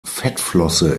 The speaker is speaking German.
fettflosse